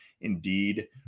indeed